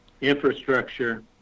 infrastructure